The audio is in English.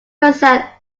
percent